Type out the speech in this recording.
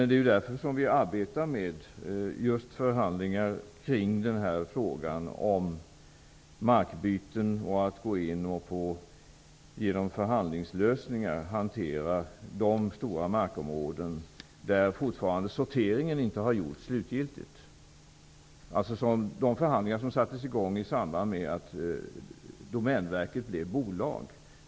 Det är därför som vi arbetar med förhandlingar kring frågan om markbyten och kring möjligheterna att gå in och genom förhandlingslösningar hantera de stora markområden, där den slutgiltiga sorteringen fortfarande inte har genomförts. Det gäller alltså de förhandlingar som sattes i gång i samband med att Domänverket blev bolag.